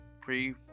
pre